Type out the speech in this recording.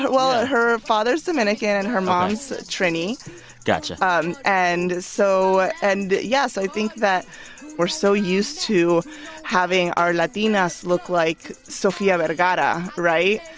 but well, ah her father's dominican, and her mom's trini gotcha um and so and, yes, i think that we're so used to having our latinas look like sofia vergara, right?